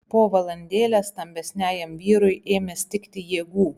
po valandėlės stambesniajam vyrui ėmė stigti jėgų